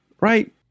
Right